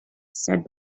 said